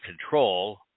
control